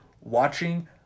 watching